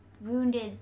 wounded